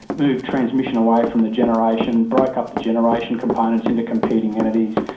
moved transmission away from the generation, broke up the generation components into competing entities,